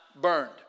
burned